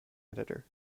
editor